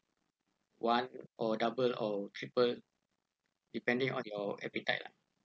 one or double or triple depending on your appetite lah